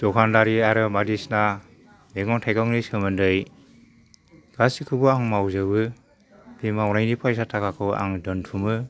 दखानदारि आरो बायदिसिना मैगं थाइगंनि सोमोन्दै गासिखौबो आं मावजोबो बे मावनायनि फैसा थाखाखौ आं दोनथुमो